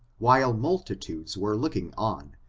while multi tudes were looking on,